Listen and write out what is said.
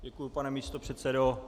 Děkuji, pane místopředsedo.